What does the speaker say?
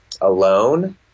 alone